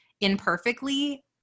imperfectly